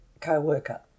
co-worker